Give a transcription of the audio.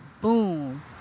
boom